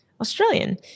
Australian